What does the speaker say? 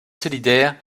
solidaire